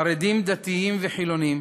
חרדים, דתיים וחילונים,